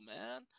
man